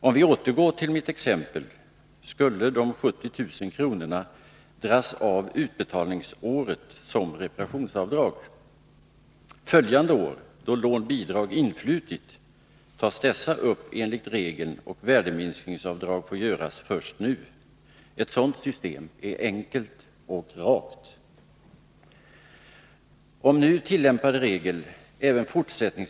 Om vi återgår till mitt exempel skulle de 70 000 kronorna dras av utbetalningsåret som reparationsavdrag. Följande år, då lån/bidrag influtit, tas dessa upp enligt regeln, och värdeminskningsavdrag får göras först nu. Ett sådant system är enkelt och rakt.